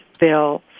bill